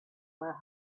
were